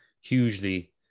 hugely